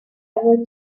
ever